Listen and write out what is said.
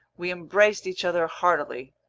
we embraced each other heartily.